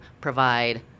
provide